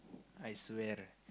I swear